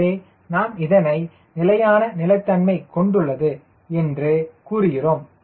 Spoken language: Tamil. எனவே நாம் இதனை நிலையான நிலைதன்மை கொண்டுள்ளது என்று கூறுகிறோம்